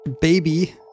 baby